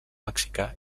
mexicà